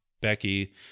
Becky